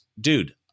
dude